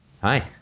Hi